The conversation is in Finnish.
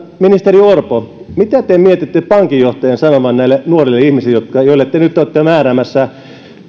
ministeri orpo mitä te mietitte pankinjohtajan sanovan näille nuorille ihmisille joille te nyt olette määräämässä